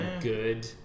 good